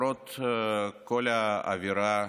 למרות כל האווירה,